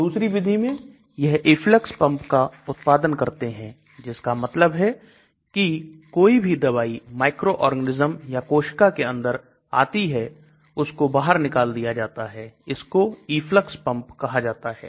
दूसरी विधि में यह Efflux Pump का उत्पादन करते हैं जिसका मतलब है कि कोई भी दवाई माइक्रोऑर्गेनाइज्म या कोशिका के अंदर आती है उसको बाहर निकाल दिया जाता है इसको Efflux pump कहा जाता है